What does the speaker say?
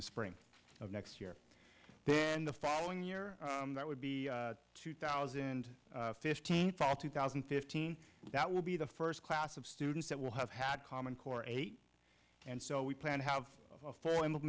the spring of next year then the following year that would be two thousand and fifteen fall two thousand and fifteen that will be the first class of students that will have had common core eight and so we plan to have a for